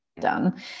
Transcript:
Done